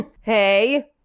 Hey